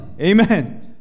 Amen